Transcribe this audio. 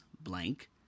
blank